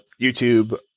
YouTube